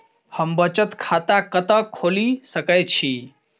हम बचत खाता कतऽ खोलि सकै छी?